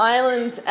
Island